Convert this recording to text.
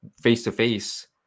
face-to-face